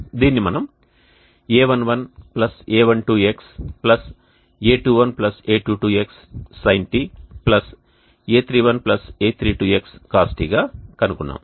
దీనిని మనం a11a12xa21a22x sinτ a31a32xcosτ గా కనుగొన్నాము